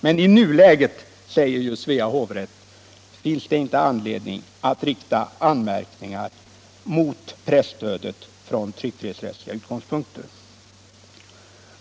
Men i nuläget, säger Svea hovrätt, finns det ingen anledning att rikta anmärkning mot presstödet från tryckfrihetsrättsliga utgångspunkter.